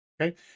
okay